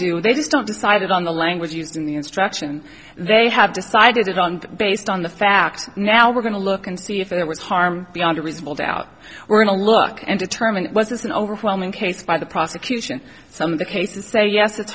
do they just don't decided on the language used in the instruction they have decided on based on the facts now we're going to look and see if there was harm beyond reasonable doubt we're going to look and determine was this an overwhelming case by the prosecution some of the cases say yes it's